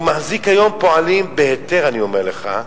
והוא מחזיק היום פועלים בהיתר, אני אומר לך,